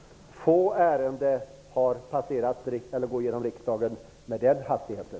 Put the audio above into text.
Få ärenden går genom riksdagen med den hastigheten.